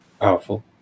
powerful